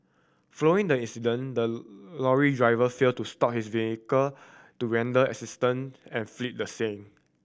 following the accident the lorry driver failed to stop his vehicle to render assistance and fled the scene